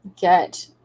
get